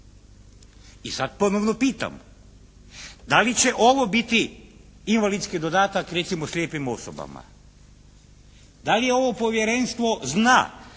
I sad ponovo pitam da li će ovo biti invalidski dodatak recimo slijepim osobama. Da li ovo povjerenstvo zna